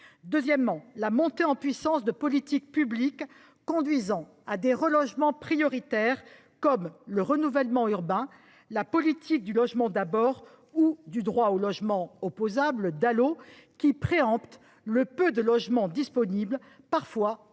Deuxièmement, la montée en puissance de politiques publiques conduisant à des relogements prioritaires, comme le renouvellement urbain, la politique du Logement d’abord ou du droit au logement opposable (Dalo), qui préemptent le peu de logements disponibles, parfois au détriment